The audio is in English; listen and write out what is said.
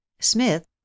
Smith